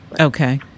Okay